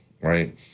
right